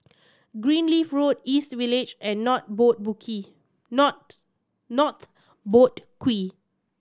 Greenleaf Road East Village and North Boat Not North Boat Quay